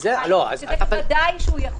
בבקבוק מים, בוודאי שהוא יכול.